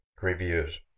reviews